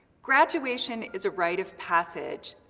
graduation is a rite of passage,